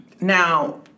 Now